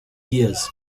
years